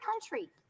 country